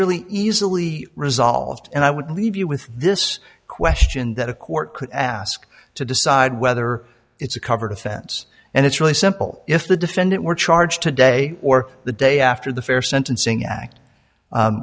really easily resolved and i would leave you with this question that a court could ask to decide whether it's a covered offense and it's really simple if the defendant were charged today or the day after the fair sentencing act